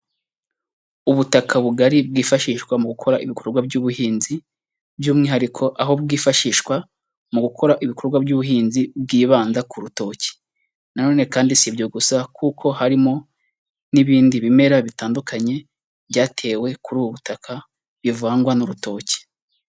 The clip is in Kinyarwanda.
Ubutaka bugari bwifashishwa mu gukora ibikorwa by'ubuhinzi, by'umwihariko aho bwifashishwa mu gukora ibikorwa by'ubuhinzi bwibanda ku rutoki na none kandi si ibyo gusa kuko harimo n'ibindi bimera bitandukanye, byatewe kuri ubu butaka bivangwa n'urutoki.